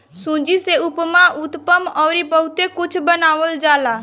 सूजी से उपमा, उत्तपम अउरी बहुते कुछ बनावल जाला